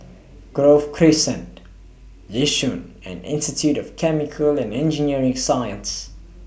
Grove Crescent Yishun and Institute of Chemical and Engineering Sciences